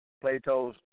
Plato's